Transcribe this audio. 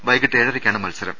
വൈകീട്ട് ഏഴരയ്ക്കാണ് മത്സ രം